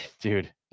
dude